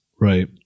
Right